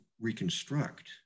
reconstruct